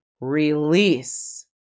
release